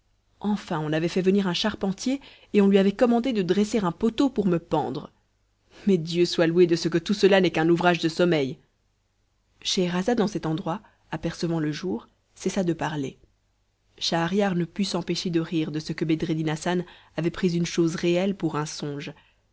enfin on avait fait venir un charpentier et on lui avait commandé de dresser un poteau pour me pendre mais dieu soit béni de ce que tout cela n'est qu'un ouvrage de sommeil scheherazade en cet endroit apercevant le jour cessa de parler schahriar ne put s'empêcher de rire de ce que bedreddin hassan avait pris une chose réelle pour un songe